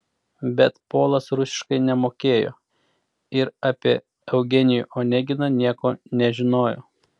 bet polas rusiškai nemokėjo ir apie eugenijų oneginą nieko nežinojo